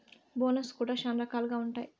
bonus కూడా శ్యానా రకాలుగా ఉంటాయి